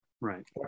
right